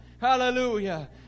Hallelujah